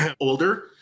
older